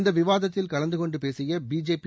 இந்த விவாதத்தில் கலந்துகொண்டு பேசிய பிஜேபி